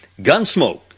Gunsmoke